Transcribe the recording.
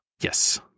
Yes